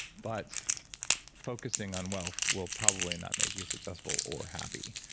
but focusing on wealth will probably not make you successful or happy.